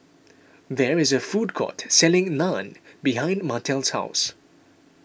there is a food court selling Naan behind Martell's house